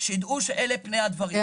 שידעו שאלה פני הדברים.